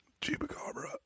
Chupacabra